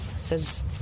Says